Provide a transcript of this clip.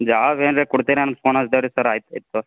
job ಏನಾರಾ ಕೊಡ್ತೀರ ಅಂತ ಫೋನ್ ಹಚ್ಚಿದೇವ್ರಿ ಸರ್ ಆಯ್ತು ಇಡ್ತೊ